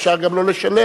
אפשר גם לא לשלם.